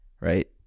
Right